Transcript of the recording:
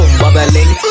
bubbling